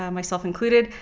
um myself included,